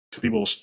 People